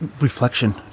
reflection